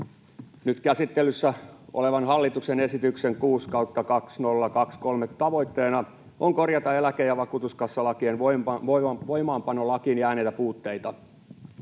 Nyt käsittelyssä olevan hallituksen esityksen 6/2023 tavoitteena on korjata eläke- ja vakuutuskassalakien voimaanpanolakiin jääneitä puutteita.